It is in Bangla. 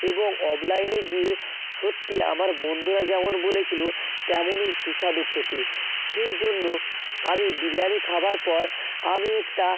এবং অফলাইনে গিয়ে সত্যি আমার বন্ধুরা যেমন বলেছিলো তেমনই সুস্বাদু খেতে সেই জন্য আমি বিরিয়ানি খাবার পর আমি একটা